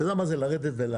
אתה יודע מה זה לרדת ולעלות?